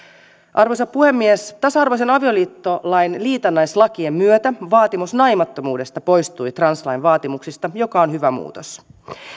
arvoisa puhemies tasa arvoisen avioliittolain liitännäislakien myötä vaatimus naimattomuudesta poistui translain vaatimuksista ja se on hyvä muutos